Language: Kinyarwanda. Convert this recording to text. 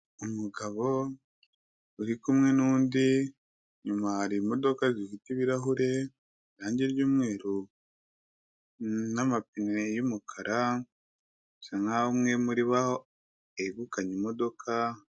Umugabo uri kumwe n'undi, inyuma hari imodoka zifite ibirahure, irangi ry'umweru n'amapine y'umukara bisa nkaho umwe muri bo aho yegukanye imodoka.